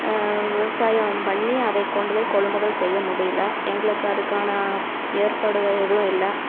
விவசாயம் பண்ணி அதை கொண்டுப்போய் கொள்முதல் செய்ய முடியலை எங்களுக்கு அதுக்கான ஏற்பாடுகள் எதுவும் இல்லை